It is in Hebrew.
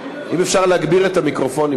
אם אפשר בבקשה להגביר את המיקרופונים.